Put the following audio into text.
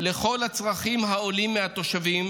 לכל הצרכים העולים מהתושבים,